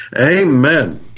Amen